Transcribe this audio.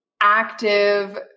active